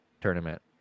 tournament